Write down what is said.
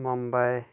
Mumbai